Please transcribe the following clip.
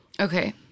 Okay